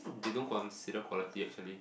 they don't consider quality actually